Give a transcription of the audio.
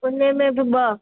उन में बि ॿ